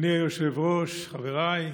אדוני היושב-ראש, חבריי,